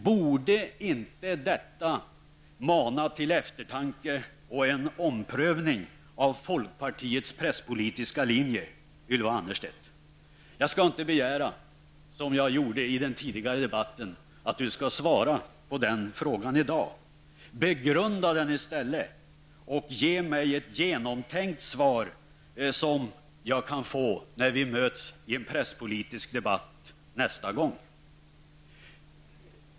Borde inte detta mana till eftertanke och en omprövning av folkpartiets presspolitiska linje, Jag skall inte begära som jag gjorde i den tidigare debatten att Ylva Annerstedt skall svara på den frågan i dag. Begrunda den i stället och ge mig ett genomtänkt svar när vi möts i en presspolitisk debatt nästa gång!